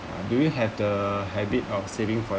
do you have the habit of saving for